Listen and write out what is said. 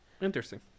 Interesting